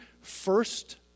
first